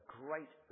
great